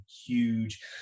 huge